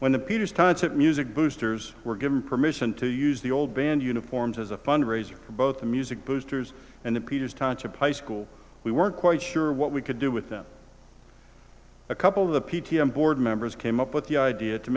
when the peters time to music boosters were given permission to use the old band uniforms as a fundraiser for both the music boosters and the peters township high school we weren't quite sure what we could do with them a couple of the p t a and board members came up with the idea to